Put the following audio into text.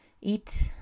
eat